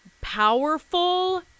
powerful